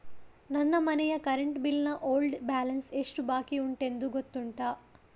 ನನ್ನ ಮನೆಯ current bill ನ ಓಲ್ಡ್ ಬ್ಯಾಲೆನ್ಸ್ ಎಷ್ಟು ಬಾಕಿಯುಂಟೆಂದು ಗೊತ್ತುಂಟ?